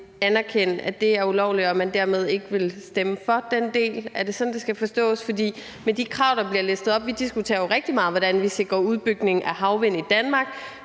at det er ulovligt, og man vil dermed ikke stemme for den del. Er det sådan, det skal forstås? Vi diskuterer jo rigtig meget, hvordan vi sikrer udbygning af havvind i Danmark,